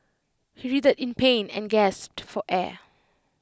he writhed in pain and gasped for air